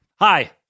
Hi